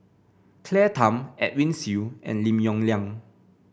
Claire Tham Edwin Siew and Lim Yong Liang